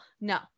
No